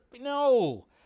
No